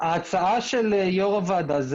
ההצעה של יושב ראש הוועדה,